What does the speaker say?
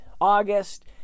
august